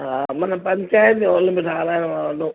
हा मतिलबु पंचायत बि हॉल बि ठाहिराइणो आहे वॾो